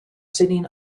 sitting